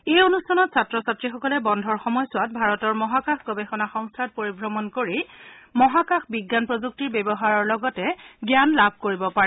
এই অনুষ্ঠানত ছাত্ৰ ছাত্ৰীসকলে বন্ধৰ সময়ছোৱাত ভাৰতৰ মহাকাশ গৱেষণা সংস্থাত পৰিভ্ৰমণ কৰি মহাকাশ বিজ্ঞান প্ৰযুক্তিৰ ব্যৱহাৰৰ বিষয়ে জ্ঞান লাভ কৰিব পাৰে